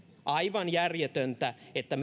aivan järjetöntä että